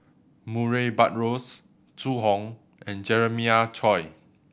Murray Buttrose Zhu Hong and Jeremiah Choy